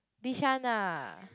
Bishan ah